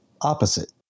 opposite